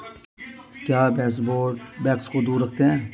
क्या baseboard bugs को दूर रखते हैं?